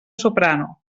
soprano